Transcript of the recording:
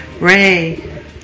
Ray